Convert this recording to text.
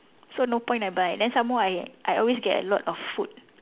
so no point I buy then some more I I always get a lot of food